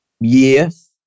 Yes